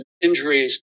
injuries